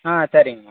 ஆ சரிங்கம்மா